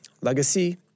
legacy